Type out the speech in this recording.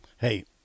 Hey